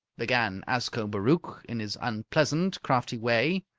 began ascobaruch in his unpleasant, crafty way.